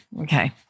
Okay